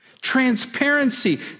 Transparency